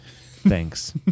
Thanks